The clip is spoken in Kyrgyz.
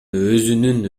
өзүнүн